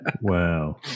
Wow